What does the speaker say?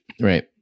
Right